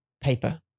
Paper